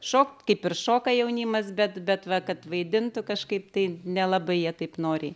šokt kaip ir šoka jaunimas bet bet va kad vaidintų kažkaip tai nelabai jie taip noriai